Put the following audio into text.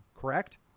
correct